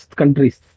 countries